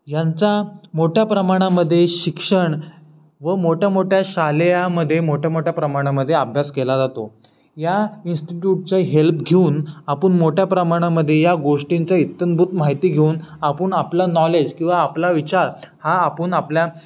यांचा मोठ्या प्रमाणामध्ये शिक्षण व मोठ्या मोठ्या शालेयामध्ये मोठ्या मोठ्या प्रमाणामध्ये अभ्यास केला जातो या इन्स्टिट्यूटचा हेल्प घेऊन आपण मोठ्या प्रमाणामध्ये या गोष्टींचा इत्थंभूत माहिती घेऊन आपण आपला नॉलेज किंवा आपला विचार हा आपण आपल्या